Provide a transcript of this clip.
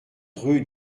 rue